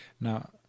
Now